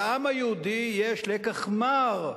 לעם היהודי יש לקח מר,